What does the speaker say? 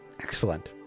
Excellent